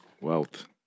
Wealth